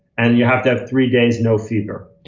and you have to have three days no fever.